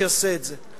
שיעשה את זה.